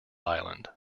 island